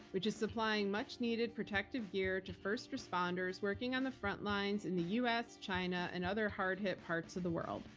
which is supplying much needed protective gear to first responders working on the front lines in the us, china and other hard hit parts of the world.